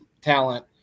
talent